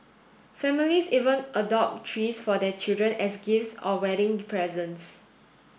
families even adopt trees for their children as gifts or wedding presents